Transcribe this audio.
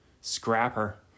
scrapper